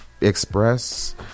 express